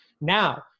Now